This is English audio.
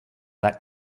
that